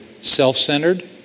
self-centered